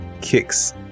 kicks